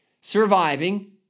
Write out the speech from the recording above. surviving